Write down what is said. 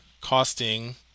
costing